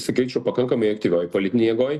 sakyčiau pakankamai aktyvioj politinėj jėgoj